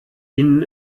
ihnen